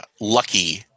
lucky